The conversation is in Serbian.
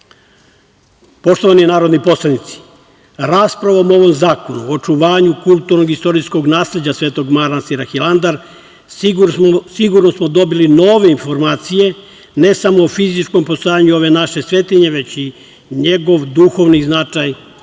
predloga. Poštovani narodni poslanici, raspravom o ovom Zakonu o očuvanju kulturnog i istorijskog nasleđa Svetog manastira Hilandar sigurno smo dobili nove informacije, ne samo o fizičkom postojanju ove naše svetinje, već i njegov duhovni značaj